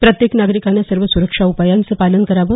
प्रत्येक नागरिकाने सर्व सुरक्षा उपायांचं पालन करावं